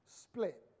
split